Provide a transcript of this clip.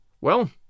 Well